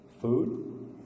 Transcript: Food